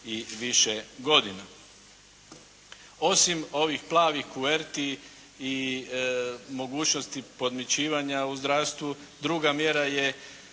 i više godina. Osim ovih plavih kuverti i mogućnosti podmićivanja u zdravstvu, druga mjera je